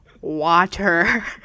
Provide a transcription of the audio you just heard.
water